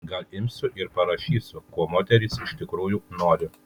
gal imsiu ir parašysiu ko moterys iš tikrųjų nori